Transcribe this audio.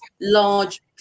large